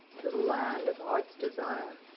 to the land of heart's desire.